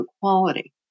equality